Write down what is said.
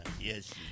Yes